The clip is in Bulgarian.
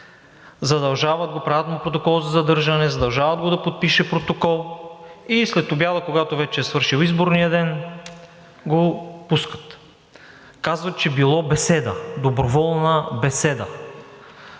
управление, правят му протокол за задържане, задължават го да подпише протокол и следобед, когато вече е свършил изборният ден, го пускат. Казват, че било беседа – доброволна беседа.